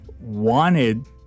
wanted